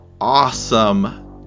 awesome